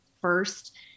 first